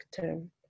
term